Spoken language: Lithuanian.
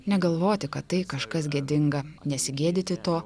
negalvoti kad tai kažkas gėdinga nesigėdyti to